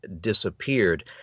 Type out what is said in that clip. disappeared